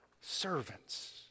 servants